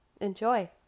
Enjoy